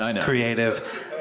creative